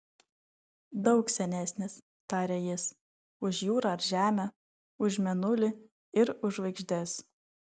daug senesnis tarė jis už jūrą ar žemę už mėnulį ir už žvaigždes